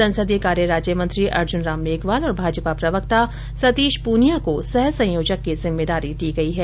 संसदीय कार्य राज्य मंत्री अर्जुन राम मेघवाल और भाजपा प्रवक्ता सतीश पूनिया को सह संयोजक की जिम्मेदारी दी गई हैं